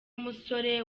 musore